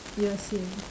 ya same